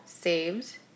saved